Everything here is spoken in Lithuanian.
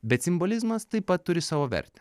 bet simbolizmas taip pat turi savo vertę